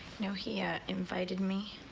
know, he, ah, invited me.